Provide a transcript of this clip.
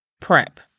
Prep